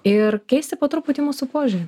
ir keisti po truputį mūsų požiūrį